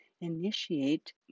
initiate